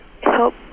help